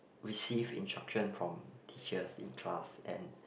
receive instruction from teachers in class and